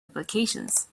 implications